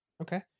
okay